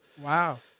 Wow